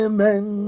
Amen